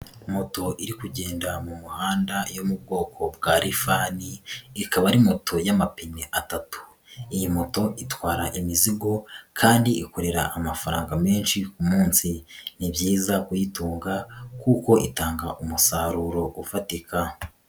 Moto iri kugenda mu muhanda yo mu bwoko bwa rifani ikaba ari moto y'amapine atatu, iyi moto itwara imizigo kandi ikorera amafaranga menshi ku munsi, ni byiza kuyitunga kuko itanga umusaruro ufatika.